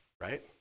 right